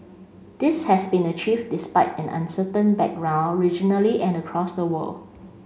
this has been achieved despite an uncertain background regionally and across the world